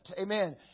Amen